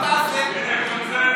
מה תעשה?